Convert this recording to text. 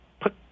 put